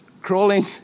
crawling